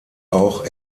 auch